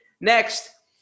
Next